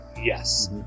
Yes